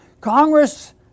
Congress